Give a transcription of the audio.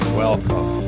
welcome